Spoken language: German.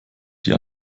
die